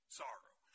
sorrow